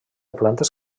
plantes